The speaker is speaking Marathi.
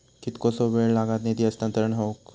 कितकोसो वेळ लागत निधी हस्तांतरण हौक?